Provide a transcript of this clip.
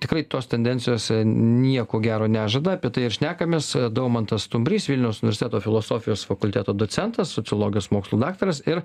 tikrai tos tendencijos nieko gero nežada apie tai šnekamės daumantas stundys vilniaus universiteto filosofijos fakulteto docentas sociologijos mokslų daktaras ir